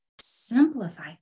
simplify